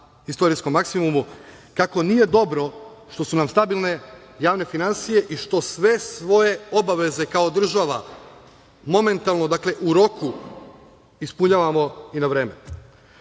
istorijskom maksimumu, kako nije dobro što su nam stabilne javne finansije i što sve svoje obaveze kao država, momentalno, dakle, u roku ispunjavamo na vreme. Ništa